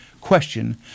Question